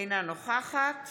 אינה נוכחת